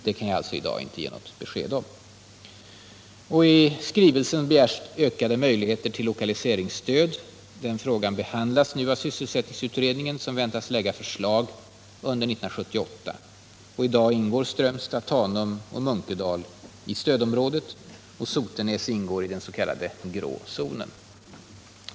Det kan jag alltså inte ge besked om i dag. I skrivelsen begärs vidare ökade möjligheter till lokaliseringsstöd. Den frågan behandlas nu av sysselsättningsutredningen, som väntas lägga fram förslag under 1978. I dag ingår Strömstad, Tanum och Munkedal i stödområdet, och Sotenäs ingår i den s.k. grå zonen.